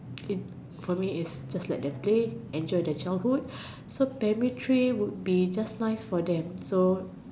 it's for me it's just let them play enjoy the childhood so primary three will be just nice for them